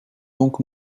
donc